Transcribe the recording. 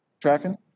Tracking